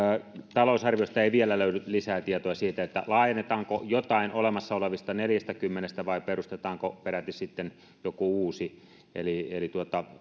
talousarviosta ei vielä löydy lisää tietoa siitä laajennetaanko jotain olemassa olevista neljästäkymmenestä vai perustetaanko peräti joku uusi eli eli